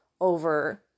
over